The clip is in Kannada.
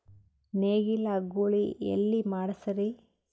ನೇಗಿಲ ಗೂಳಿ ಎಲ್ಲಿ ಮಾಡಸೀರಿ?